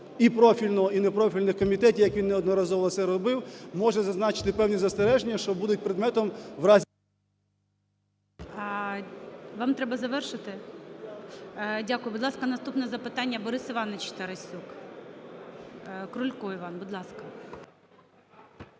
і профільного, і непрофільних комітетів, як він неодноразово це робив, може, зазначити певні застереження, що будуть предметом… ГОЛОВУЮЧИЙ. Вам треба завершити? Дякую. Будь ласка, наступне запитання, Борис Іванович Тарасюк. Крулько Іван, будь ласка.